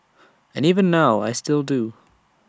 and even now I still do